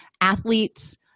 athletes